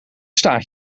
staat